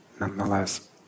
nonetheless